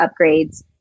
upgrades